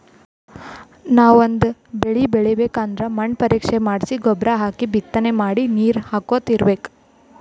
ನಾವ್ ಒಂದ್ ಬಳಿ ಬೆಳಿಬೇಕ್ ಅಂದ್ರ ಮಣ್ಣ್ ಪರೀಕ್ಷೆ ಮಾಡ್ಸಿ ಗೊಬ್ಬರ್ ಹಾಕಿ ಬಿತ್ತನೆ ಮಾಡಿ ನೀರ್ ಹಾಕೋತ್ ಇರ್ಬೆಕ್